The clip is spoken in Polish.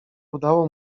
udało